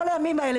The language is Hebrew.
כל הימים האלה,